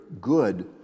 good